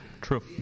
True